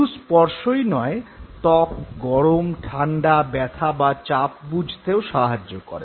শুধু স্পর্শই নয় ত্বক গরম ঠান্ডা ব্যথা বা চাপ বুঝতেও সাহায্য করে